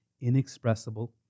inexpressible